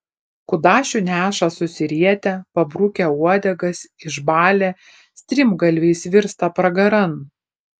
kudašių neša susirietę pabrukę uodegas išbalę strimgalviais virsta pragaran